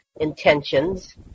intentions